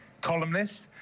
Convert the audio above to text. columnist